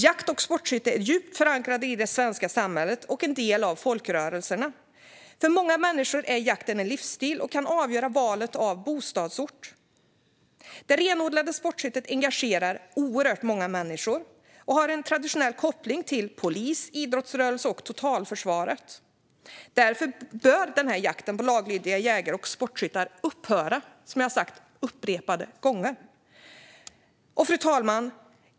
Jakt och sportskytte är djupt förankrade i det svenska samhället och är en del av folkrörelserna. För många människor är jakten en livsstil, och den kan avgöra valet av bostadsort. Det renodlade sportskyttet engagerar oerhört många människor och har en traditionell koppling till polisen, idrottsrörelsen och totalförsvaret. Därför bör jakten på laglydiga jägare och sportskyttar upphöra, som jag har sagt upprepade gånger. Fru talman!